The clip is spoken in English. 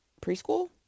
preschool